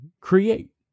Create